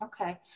Okay